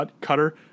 cutter